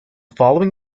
following